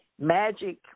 magic